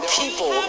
people